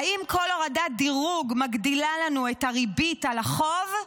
האם כל הורדת דירוג מגדילה לנו את הריבית על החוב?